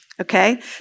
okay